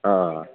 હા